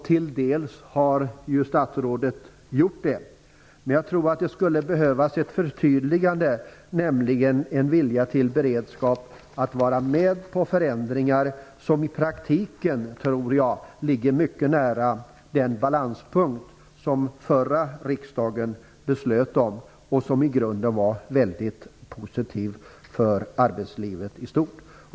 Till dels har statsrådet gjort det, men jag tror att det skulle behövas ett förtydligande, nämligen om en vilja till beredskap att vara med på förändringar som i praktiken ligger mycket nära den balanspunkt som den förra riksdagen beslöt om och som i grunden var väldigt positiva för arbetslivet i stort.